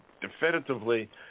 Definitively